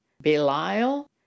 Belial